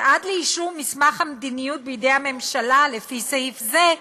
שעד לאישור מסמך המדיניות בידי הממשלה לפי סעיף זה,